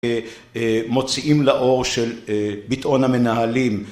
מוציאים לאור של ביטאון המנהלים.